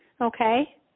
okay